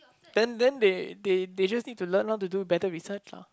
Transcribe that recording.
then then they they they just need to learn how to do better research lah